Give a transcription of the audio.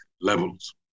levels